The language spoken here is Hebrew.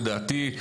לדעתי,